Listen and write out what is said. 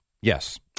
Yes